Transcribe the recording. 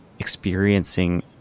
Experiencing